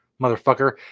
motherfucker